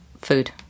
food